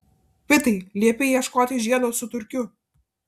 pitai liepei ieškoti žiedo su turkiu